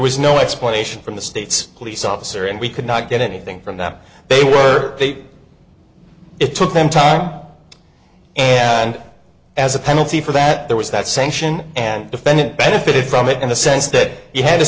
was no explanation from the state's police officer and we could not get anything from them they were they it took them time and as a penalty for that there was that sanction and defendant benefited from it in the sense that he had